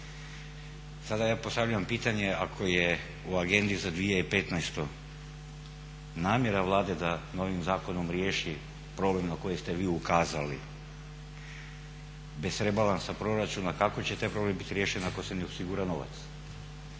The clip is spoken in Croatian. Sada ja postavljam pitanje ako je u agendi za 2015. namjera Vlade da novim zakonom riješi problem na koji ste vi ukazali bez rebalansa proračuna kako će taj problem biti riješen ako se ne osigura novac?